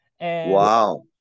Wow